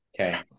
Okay